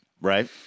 Right